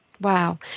Wow